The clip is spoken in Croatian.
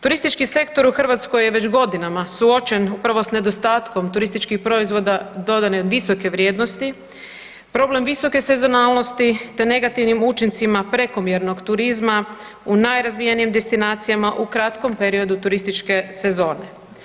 Turistički sektor u Hrvatskoj je već godinama suočen upravo s nedostatkom turističkih proizvoda dodane visoke vrijednosti, problem visoke sezonalnosti te negativnim učincima prekomjernog turizma u najrazvijenijim destinacija u kratkom periodu turističke sezone.